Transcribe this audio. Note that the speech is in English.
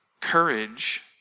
courage